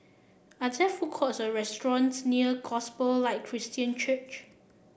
are there food courts or restaurants near Gospel Light Christian Church